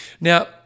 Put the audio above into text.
Now